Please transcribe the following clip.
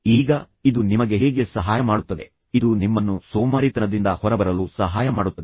ಈಗ ಇದು ನಿಮಗೆ ಹೇಗೆ ಸಹಾಯ ಮಾಡುತ್ತದೆ ಇದು ನಿಮ್ಮನ್ನು ಸೋಮಾರಿತನದಿಂದ ಹೊರಬರಲು ಸಹಾಯ ಮಾಡುತ್ತದೆ